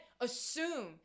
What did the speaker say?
assume